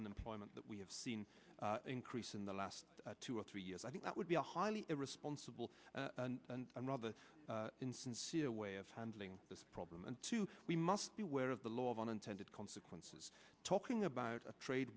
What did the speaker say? unemployment that we have seen increase in the last two or three years i think that would be a highly irresponsible and rather insincere way of handling this problem and two we must be aware of the law of unintended consequences talking about a trade